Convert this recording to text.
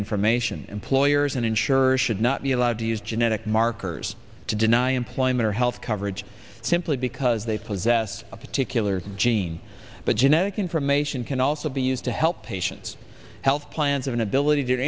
information employers and insure should not be allowed to use genetic markers to deny employment or health coverage simply because they possess a particular gene but genetic information can also be used to help patients health plans of an ability to